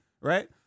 right